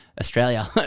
Australia